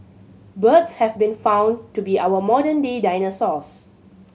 birds have been found to be our modern day dinosaurs